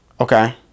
okay